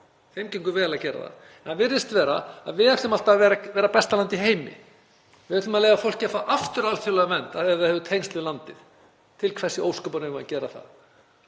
þeim gengur vel að gera það. En það virðist vera að við ætlum alltaf að vera besta land í heimi. Við ætlum að leyfa fólki að fá aftur alþjóðlega vernd ef það hefur tengsl við landið. Til hvers í ósköpunum eigum við að gera það?